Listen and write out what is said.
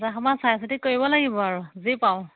চাই চিটি কৰিব লাগিব আৰু যি পাওঁ